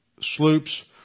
sloops